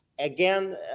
Again